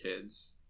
kids